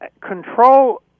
control